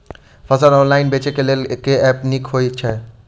फसल ऑनलाइन बेचै केँ लेल केँ ऐप नीक होइ छै?